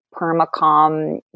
permacom